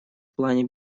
плане